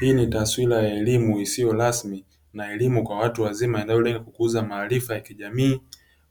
hii ni taswira ya elimu isiyo rasmi na elimu kwa watu wazima inayolenga kukuza maarifa ya kijamii,